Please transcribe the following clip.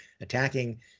attacking